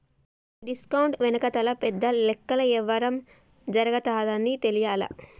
ఈ డిస్కౌంట్ వెనకాతల పెద్ద లెక్కల యవ్వారం జరగతాదని తెలియలా